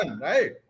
right